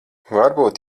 varbūt